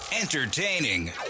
Entertaining